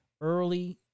early